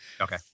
okay